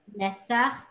Netzach